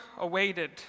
awaited